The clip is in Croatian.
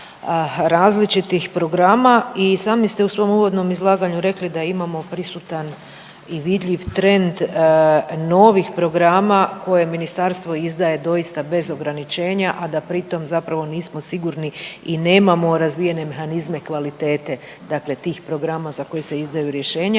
različitih programa. I sami ste u svom uvodnom izlaganju rekli da imamo prisutan i vidljiv trend novih programa koje ministarstvo izdaje doista bez ograničenja, a da pri tom zapravo nismo sigurni i nemamo razvijene mehanizme kvalitete dakle tih programa za koja se izdaju rješenja